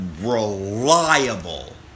reliable